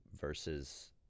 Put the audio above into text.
versus